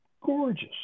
gorgeous